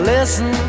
Listen